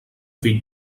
fill